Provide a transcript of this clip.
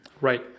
Right